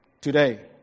Today